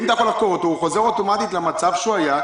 אם אתה יכול לחקור אותו הוא חוזר אוטומטית למצב שהוא היה,